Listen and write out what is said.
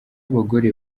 abagore